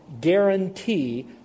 guarantee